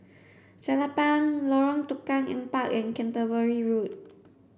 Jelapang Lorong Tukang Empat and Canterbury Road